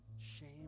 Shame